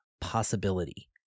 possibility